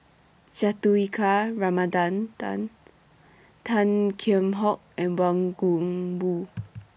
Juthika Ramanathan Tan Kheam Hock and Wang Gungwu